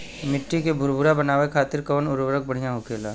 मिट्टी के भूरभूरा बनावे खातिर कवन उर्वरक भड़िया होखेला?